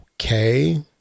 okay